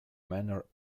manor